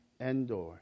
Endor